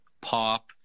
pop